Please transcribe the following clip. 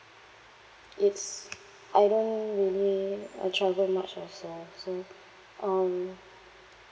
it's I don't really uh travel much also so um